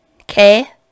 Okay